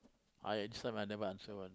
I this one I never answer one